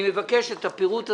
אני מבקש את הפירוט הזה,